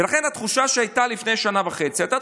ולכן התחושה שהייתה לפני שנה וחצי הייתה